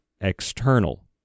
external